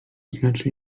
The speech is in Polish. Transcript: znaczy